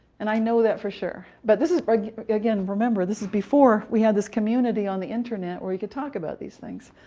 and i know that for sure. but this is again, remember, this is before we had this community on the internet, where he could talk about these things.